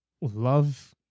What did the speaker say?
love